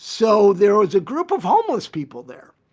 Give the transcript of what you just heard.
so there was a group of homeless people there.